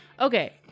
Okay